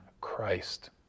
Christ